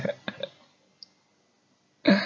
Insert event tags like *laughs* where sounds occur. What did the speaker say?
*laughs*